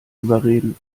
überreden